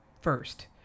first